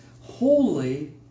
holy